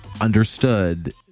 understood